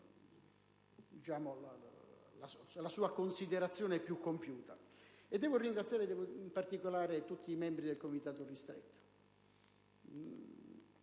la sua considerazione più compiuta. Devo poi ringraziare in modo particolare tutti i membri del Comitato ristretto.